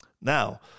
Now